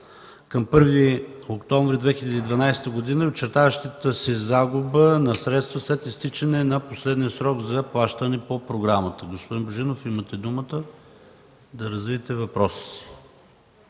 към 1 октомври 2012 г. и очертаващата се загуба на средства след изтичане на последния срок за плащане по програмата. Господин Божинов, имате думата да развиете въпроса си.